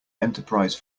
enterprise